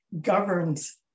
governs